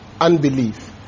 unbelief